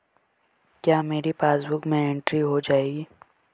क्या मेरी पासबुक में एंट्री हो जाएगी?